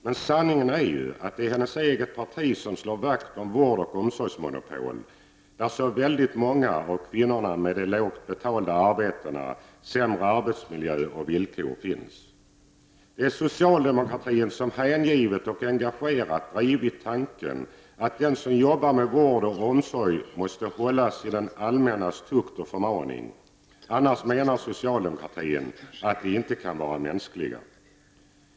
Men sanningen är ju att det är hennes eget parti som slår vakt om vårdoch omsorgsmonopolen, där så väldigt många av kvinnorna med ”de lågt betalda arbetena, sämre arbetsmiljö och villkor” finns. Det är socialdemokratin som hängivet och engagerat drivit tanken att de som jobbar med vård och omsorg måste hållas i det allmännas tukt och förmaning; annars menar socialdemokratin att de inte kan vara mänskliga.